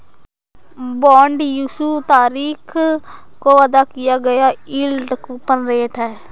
bond issue तारीख को अदा किया गया यील्ड कूपन रेट है